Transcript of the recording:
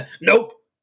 Nope